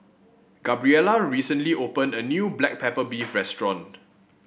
Gabriela recently opened a new Black Pepper Beef restaurant